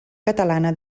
catalana